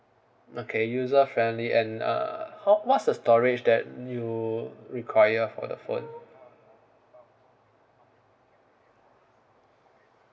okay user friendly and uh how what's the storage that you require for the phone